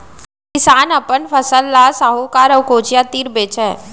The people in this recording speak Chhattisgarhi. किसान अपन फसल ल साहूकार अउ कोचिया तीर बेचय